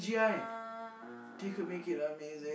nah